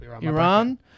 Iran